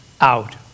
out